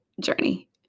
journey